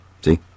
See